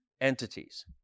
entities